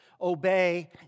obey